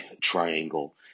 triangle